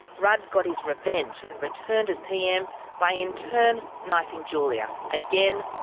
rudd got his revenge and returned as pm by in turn knifing julia. again,